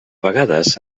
vegades